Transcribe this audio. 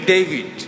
David